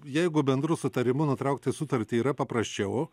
jeigu bendru sutarimu nutraukti sutartį yra paprasčiau